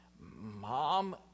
Mom